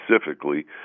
specifically